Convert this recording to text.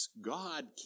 God